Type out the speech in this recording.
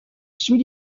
sous